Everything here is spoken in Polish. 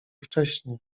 wcześnie